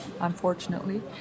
unfortunately